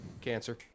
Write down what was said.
cancer